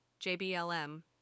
JBLM